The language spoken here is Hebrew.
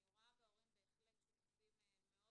אני רואה בהורים בהחלט שותפים מאוד